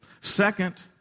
Second